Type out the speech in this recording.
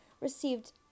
received